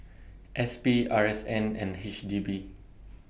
S P R S N and H D B